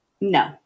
No